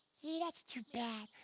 gee that's too bad.